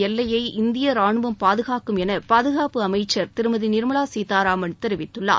எல்லையை இந்திய ராணுவம் பாதுஙக்கும் என பாதுகாப்புத்துறை அமைச்சர் திருமதி நிர்மலா சீதாராமன் தெரிவித்துள்ளார்